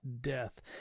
death